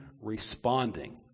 responding